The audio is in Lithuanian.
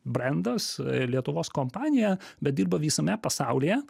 brendas lietuvos kompanija bet dirba visame pasaulyje